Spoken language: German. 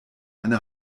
eine